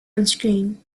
onscreen